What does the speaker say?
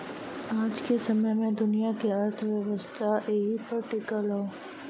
आज के समय मे दुनिया के अर्थव्यवस्था एही पर टीकल हौ